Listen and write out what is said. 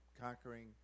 conquering